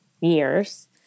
years